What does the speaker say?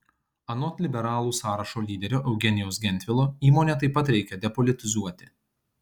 anot liberalų sąrašo lyderio eugenijaus gentvilo įmonę taip pat reikia depolitizuoti